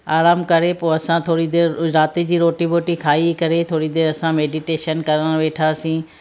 आरामु करे पोइ असां थोरी देरि राति जी रोटी वोटी खाई करे थोरी देरि असां मेडिटेशन करणु वेठासीं